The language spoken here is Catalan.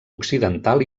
occidental